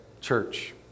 church